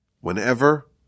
Whenever